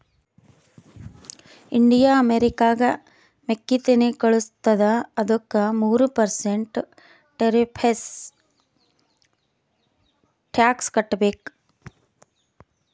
India ಅಮೆರಿಕಾಗ್ ಮೆಕ್ಕಿತೆನ್ನಿ ಕಳುಸತ್ತುದ ಅದ್ದುಕ ಮೂರ ಪರ್ಸೆಂಟ್ ಟೆರಿಫ್ಸ್ ಟ್ಯಾಕ್ಸ್ ಕಟ್ಟಬೇಕ್